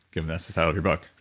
given that's the title of your book?